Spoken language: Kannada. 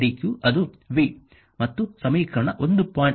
ಮತ್ತು dw dq ಅದು v ಮತ್ತು ಸಮೀಕರಣ 1